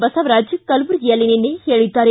ಬಸವರಾಜ ಕಲಬುರಗಿಯಲ್ಲಿ ನಿನ್ನೆ ಹೇಳಿದ್ದಾರೆ